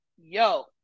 yo